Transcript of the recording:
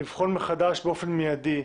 לבחון מחדש באופן מידי,